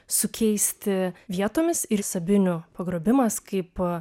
sukeisti vietomis ir sabinių pagrobimas kaip